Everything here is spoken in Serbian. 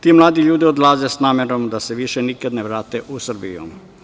Ti mladi ljudi odlaze sa namerom da se više nikad ne vrate u Srbiju.